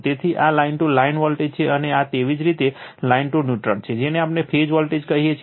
તેથી આ line to line voltage છે અને આ તેવી જ રીતે લાઇન ટુ ન્યુટ્રલ છે જેને આપણે ફેઝ વોલ્ટેજ કહીએ છીએ